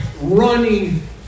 Running